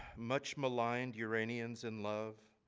much maligned uranians in love,